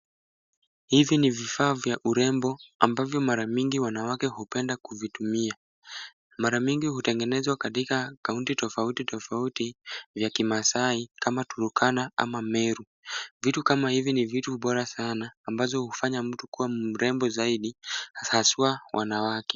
Hivi ni vifaa vya urembo ambavyo mara mingi wanawake hupenda kuvitumia. Mara mingi hutengenezwa katika kaunti tofauti tofauti vya kimaasai kama Turkana ama Meru. Vitu kama hivi ni vitu bora sana ambazo hufanya mtu kuwa mrembo zaidi haswa wanawake.